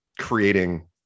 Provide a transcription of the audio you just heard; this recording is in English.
creating